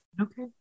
Okay